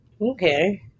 Okay